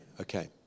Okay